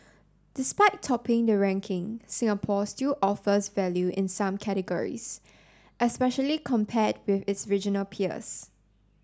despite topping the ranking Singapore still offers value in some categories especially compared with its regional peers